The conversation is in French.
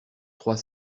trois